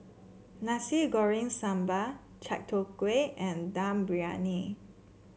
Nasi Goreng Sambal Chai Tow Kway and Dum Briyani